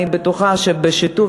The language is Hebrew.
ואני בטוחה שבשיתוף,